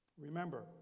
Remember